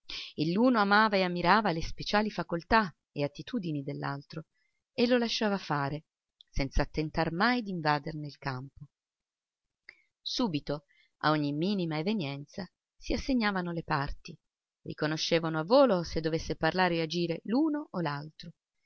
e l'uno amava e ammirava le speciali facoltà e attitudini dell'altro e lo lasciava fare senza tentar mai d'invaderne il campo subito a ogni minima evenienza si assegnavano le parti riconoscevano a volo se dovesse parlare o agire l'uno o